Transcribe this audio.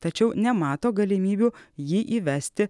tačiau nemato galimybių jį įvesti